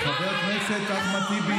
חבר הכנסת אחמד טיבי.